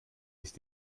ist